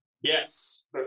Yes